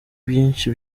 byinshi